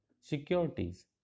securities